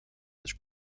this